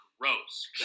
gross